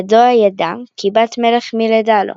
כי ידוע ידע, כי בת-מלך מלדה לו.